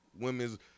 women's